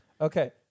okay